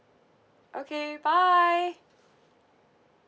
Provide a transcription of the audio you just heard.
okay bye